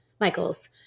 Michael's